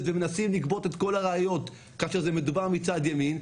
ומנסים לגבות את כל הראיות כאשר מדובר בצד ימין.